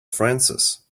francis